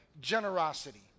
Generosity